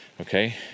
okay